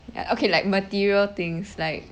okay like material things like